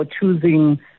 choosing